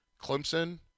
Clemson